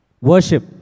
Worship